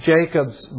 Jacob's